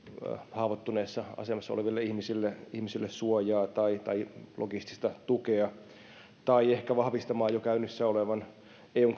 haavoittuvassa asemassa oleville ihmisille ihmisille suojaa tai tai logistista tukea tai ehkä vahvistamaan jo käynnissä olevaa eun